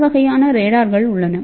பல வகையான ரேடார்கள் உள்ளன